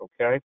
Okay